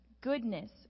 goodness